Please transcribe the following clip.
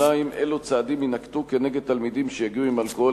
2. אילו צעדים יינקטו כנגד תלמידים שיגיעו עם אלכוהול